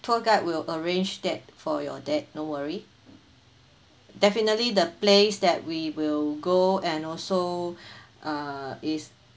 tour guide will arrange that for your dad no worry definitely the place that we will go and also uh is